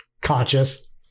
conscious